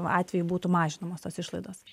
atveju būtų mažinamos tos išlaidos